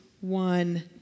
one